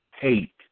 hate